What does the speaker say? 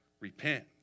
repent